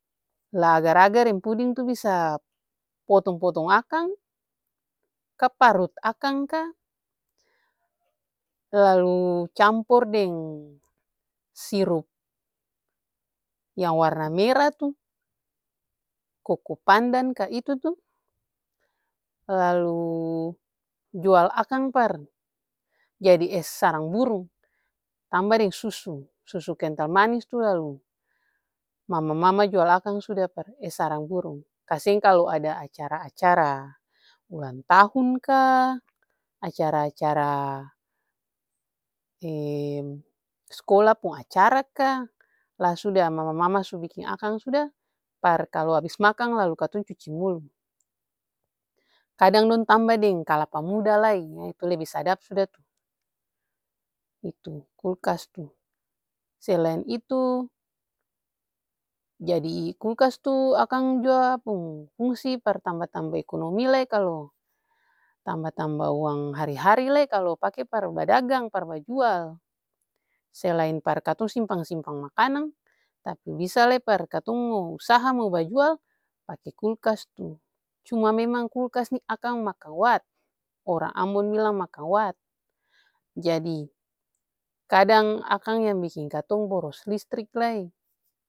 Lah agar-agar deng puding tuh bisa potong-potong akang, ka parut akang ka, lalu campor deng sirup yang warna mera tuh koko pandan ka itu-tuh lalu jual akang par jadi es sarang burung tamba deng susu, susu kental manis tuh lalu mama-mama jual akang sudah par es sarang burung. Kaseng kalu ada acara-acara ulang gtahun ka, acara-acara skola pung acara ka, lah sudah mama-mama su biking akang suda par kalu abis makang lalu katong cuci mulu. Kadang dong tamba deng kalapa muda lai nah itu lebe sadap suda tuh. Itu kulkas tuh selain itu, jadi kulkas tuh akang jua pung fungsi par tamba-tamba ekonomi lai kalu tamba-tamba uang hari-hari lai kalu pake par badagang par bajual, selain par katong simpang-simpang makanan tapi bisa lai par katong mo usaha mo bajual pake kulkas tuh. Cuma memang kulkas nih akang makang wat, orang ambon bilang makang wat. Jadi kadang akang yang biking katong boros listrik lai.